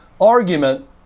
argument